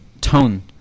tone